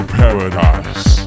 paradise